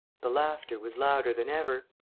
the laughter was louder than ever.